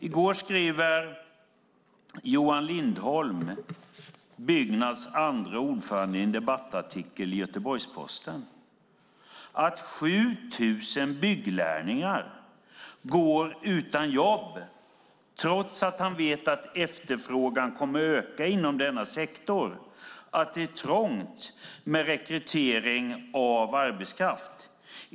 I går skrev Johan Lindholm, Byggnads andre ordförande, i en debattartikel i Göteborgs-Posten att 7 000 bygglärlingar går utan jobb, trots att han vet att efterfrågan kommer att öka inom denna sektor. Det är trångt med rekryteringen av arbetskraft.